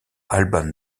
alban